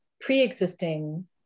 pre-existing